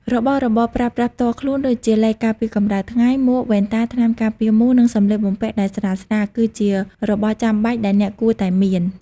របស់របរប្រើប្រាស់ផ្ទាល់ខ្លួនដូចជា ឡេការពារកម្តៅថ្ងៃ មួក វ៉ែនតា ថ្នាំការពារមូស និងសម្លៀកបំពាក់ដែលស្រាលៗ គឺជារបស់ចាំបាច់ដែលអ្នកគួរតែមាន។